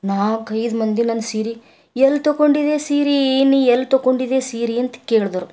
ನಾಲ್ಕೈದು ಮಂದಿ ನನ್ನ ಸೀರೆ ಎಲ್ಲಿ ತಗೊಂಡಿದ್ದೀಯ ಸೀರೆ ನೀನು ಎಲ್ಲಿ ತಗೊಂಡಿದ್ದೀಯ ಸೀರೆ ಅಂತ ಕೇಳಿದ್ರು